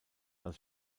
als